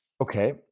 okay